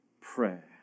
prayer